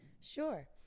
sure